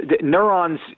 neurons